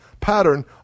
pattern